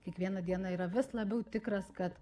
kiekvieną dieną yra vis labiau tikras kad